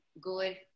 good